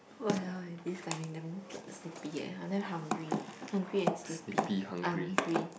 !walao! eh this timing damn s~ sleepy eh I'm damn hungry hungry and sleepy angry